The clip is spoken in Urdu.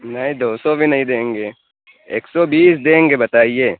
نہیں دو سو بھی نہیں دیں گے ایک سو بیس دیں گے بتائیے